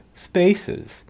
spaces